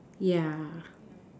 yeah